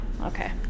okay